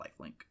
lifelink